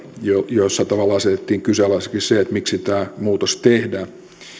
jossa tavallaan asetettiin kyseenalaiseksi miksi tämä muutos tehdään